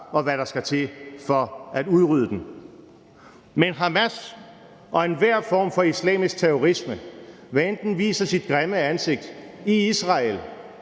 hvad der skal til for at udrydde den. Men Hamas og enhver form for islamisk terrorisme, hvad enten den viser sit grimme ansigt i Israel,